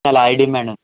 చాలా high demand